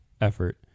effort